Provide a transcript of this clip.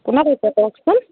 কোনে কৈছে কওকচোন